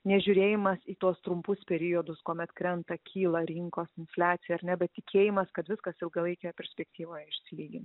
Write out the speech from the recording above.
nežiūrėjimas į tuos trumpus periodus kuomet krenta kyla rinkos infliacija ir nebetikėjimas kad viskas ilgalaikėje perspektyvoje išsilygins